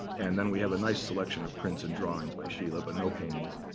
and then we have a nice selection of prints and drawings by schiele, but no paintings.